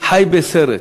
חי בסרט,